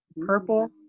purple